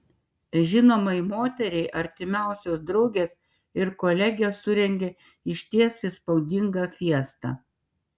žinomai moteriai artimiausios draugės ir kolegės surengė išties įspūdingą fiestą